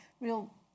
real